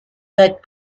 that